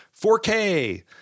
4k